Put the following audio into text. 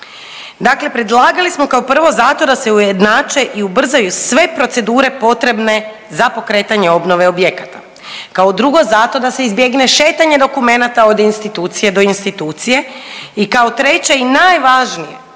Dakle, predlagali smo kao prvo zato da se ujednače i ubrzaju sve procedure potrebne za pokretanje obnove objekata. Kao drugo zato da se izbjegne šetanje dokumenata od institucije do institucije i kao treće i najvažnije